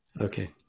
Okay